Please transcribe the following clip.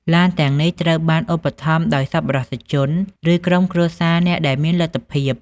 ឡានទាំងនេះត្រូវបានឧបត្ថម្ភដោយសប្បុរសជន ឬក្រុមគ្រួសារអ្នកដែលមានលទ្ធភាព។